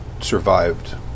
survived